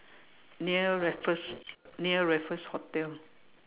near Raffles near Raffles hotel